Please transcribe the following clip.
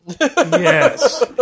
Yes